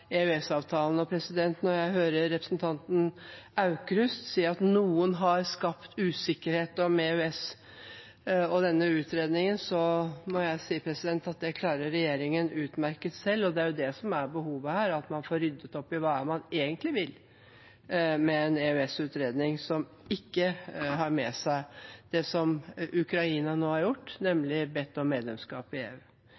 Når jeg hører representanten Aukrust si at noen har skapt usikkerhet om EØS og denne utredningen, må jeg si at det klarer regjeringen utmerket selv. Det er det som er behovet her – at man får ryddet opp i hva man egentlig vil med en EØS-utredning som ikke inkluderer det som Ukraina nå har gjort,